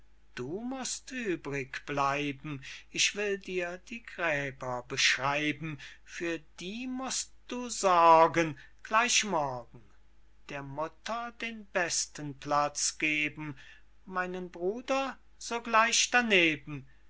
du mußt übrig bleiben ich will dir die gräber beschreiben für die mußt du sorgen gleich morgen der mutter den besten platz geben meinen bruder sogleich darneben